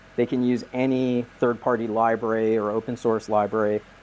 they can use any third party library or open source library,